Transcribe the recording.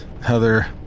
Heather